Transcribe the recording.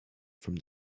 from